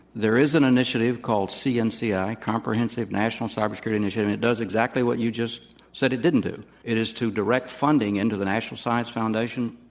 there is an initiative calls cnci, comprehensive national cyber security initiative, and it does exactly what you just said it didn't do. it is to direct funding into the national science foundation,